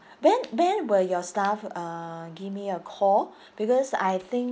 when when will your staff uh give me a call because I think